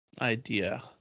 idea